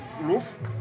roof